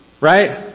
Right